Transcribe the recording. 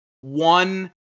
one